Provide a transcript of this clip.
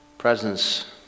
Presence